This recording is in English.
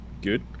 good